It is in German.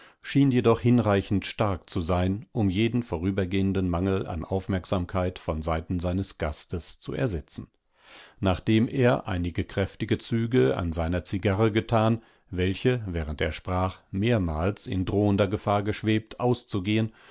schien jedoch hinreichend stark zu sein um jeden vorübergehenden mangel an aufmerksamkeitvonseitenseinesgasteszuersetzen nachdemereinigekräftigezüge an seiner zigarre getan welche während er sprach mehrmals in drohender gefahr geschwebt auszugehen